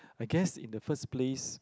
I guess in the first place